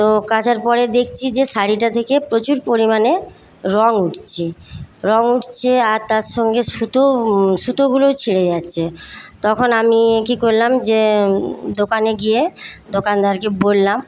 তো কাচার পরে দেখছি যে শাড়িটা থেকে প্রচুর পরিমাণে রং উঠছে রং উঠছে আর তার সঙ্গে সুতোও সুতোগুলোও ছিঁড়ে যাচ্ছে তখন আমি কি করলাম যে দোকানে গিয়ে দোকানদারকে বললাম